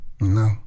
No